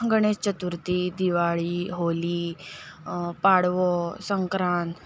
Ganesh Chaturthi Diwali Holi Padwa Sankrant